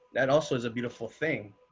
that also is a beautiful thing.